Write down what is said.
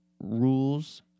rules